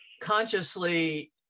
consciously